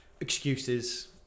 excuses